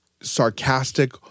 sarcastic-